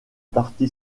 parti